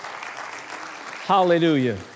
Hallelujah